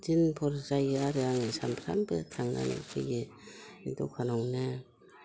दिनफोर जायो आरो आङो सामफ्रोमबो थांनानै फैयो दखानावनो